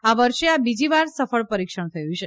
આ વર્ષે આ બીજીવાર સફળ પરીક્ષણ થયું છે